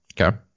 okay